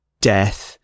death